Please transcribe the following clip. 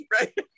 Right